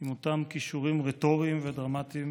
עם אותם כישורים רטוריים ודרמטיים